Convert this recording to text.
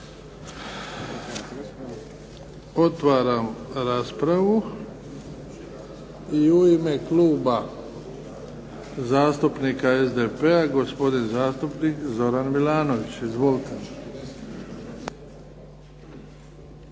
Otvaram raspravu. I u ime Kluba zastupnika SDP-a Zoran Milanović. Izvolite.